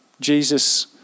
Jesus